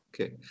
Okay